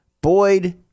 Boyd